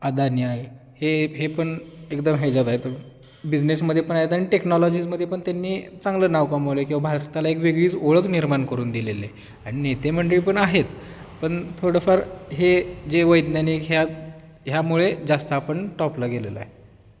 अदानी आहे हे हे पण एकदम हे याच्यात आहे बिझनेसमध्ये पण आहेत आणि टेक्नॉलॉजीजमध्ये पण त्यांनी चांगलं नाव कमवलं किंवा भारताला एक वेगळीच ओळख निर्माण करून दिलेले आणि नेतेमंडळी पण आहेत पण थोडंफार हे जे वैज्ञानिक ह्या ह्यामुळे जास्त आपण टॉपला गेलेलो आहे